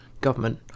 government